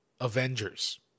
Avengers